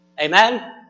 Amen